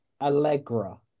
Allegra